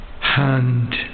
hand